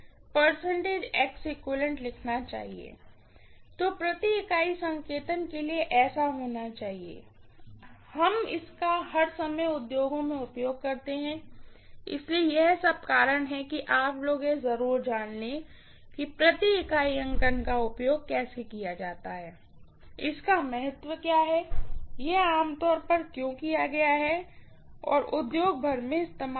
तो per unit संकेतन के लिए ऐसा होना चाहिए हम इसका हर समय उद्योगों में उपयोग करते हैं इसलिए यह सब कारण है कि आप लोग यह जरूर जान लें कि पर यूनिट अंकन का उपयोग कैसे किया जाता है इसका महत्व क्या है यह आमतौर पर क्यों किया गया है उद्योग भर में इस्तेमाल किया